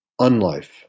unlife